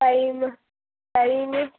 time time